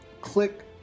click